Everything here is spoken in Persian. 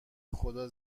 خدا